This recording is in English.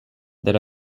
there